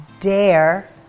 Dare